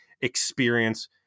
experience